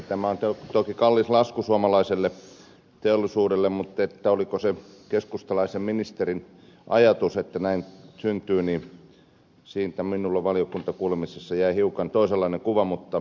tämä on toki kallis lasku suomalaiselle teollisuudelle mutta oliko se keskustalaisen ministerin ajatus että näin syntyy siitä minulle valiokuntakuulemisessa jäi hiukan toisenlainen kuva mutta keskustelu jatkukoon